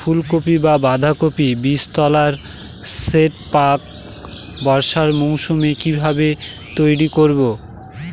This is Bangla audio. ফুলকপি বা বাঁধাকপির বীজতলার সেট প্রাক বর্ষার মৌসুমে কিভাবে তৈরি করব?